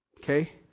Okay